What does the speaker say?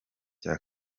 cya